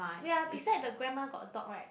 ya beside the grandma got a dog right